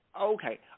Okay